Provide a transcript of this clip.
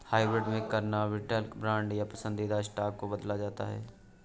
hybrid में convertible bond या पसंदीदा स्टॉक को बदला जाता है